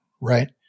right